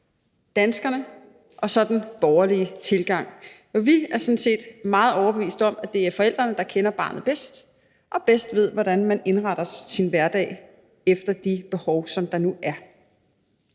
danskerne og så den borgerlige tilgang. Vi er sådan set meget overbeviste om, at det er forældrene, der kender barnet bedst og bedst ved, hvordan man indretter sin hverdag efter de behov, som der nu er.